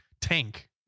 tank